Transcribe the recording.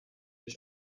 než